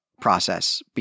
process